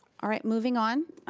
alright, moving on.